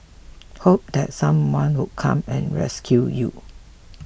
hope that someone would come and rescue you